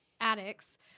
addicts